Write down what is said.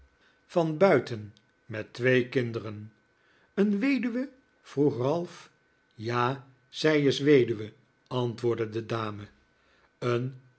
van buiten met twee kinderen een weduwe vroeg ralph ja zij is weduwe antwoordde de dame een